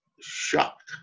shocked